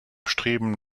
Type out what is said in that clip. streben